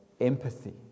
empathy